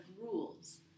rules